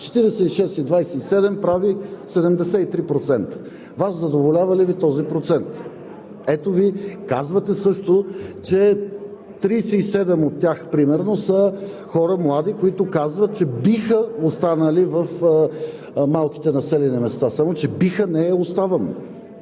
46 и 27 прави 73%. Вас задоволява ли Ви този процент? Казвате също, че 37% от тях, примерно, са млади хора, които казват, че биха останали в малките населени места. Само че „биха“ не е „оставаме“.